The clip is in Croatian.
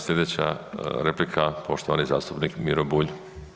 Slijedeća replika, poštovani zastupnik Miro Bulj.